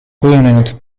kujunenud